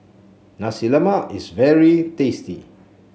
Nasi Lemak is very tasty